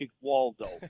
Waldo